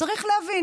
צריך להבין,